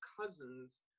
cousin's